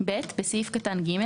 (ב)בסעיף קטן (ג),